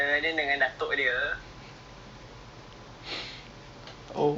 ya so may~ maybe lah it's the it's the same person lah loves animal right